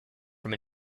from